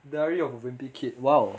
diary of a wimpy kid !wow!